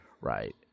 Right